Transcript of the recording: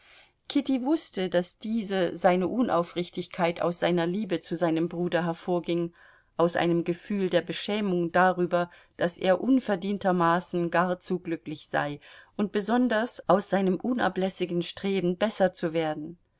kitty wußte daß diese seine unaufrichtigkeit aus seiner liebe zu seinem bruder hervorging aus einem gefühl der beschämung darüber daß er unverdientermaßen gar zu glücklich sei und besonders aus seinem unablässigen streben besser zu werden